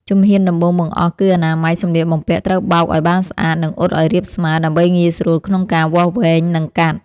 ជំហានដំបូងបង្អស់គឺអនាម័យសម្លៀកបំពាក់ត្រូវបោកឱ្យបានស្អាត និងអ៊ុតឱ្យរាបស្មើ ដើម្បីងាយស្រួលក្នុងការវាស់វែង និងកាត់។